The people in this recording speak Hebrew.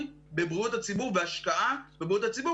בבריאות הציבור והשקעה בבריאות הציבור,